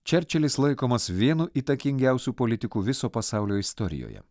čerčilis laikomas vienu įtakingiausių politikų viso pasaulio istorijoje